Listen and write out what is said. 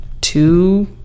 two